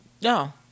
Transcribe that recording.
No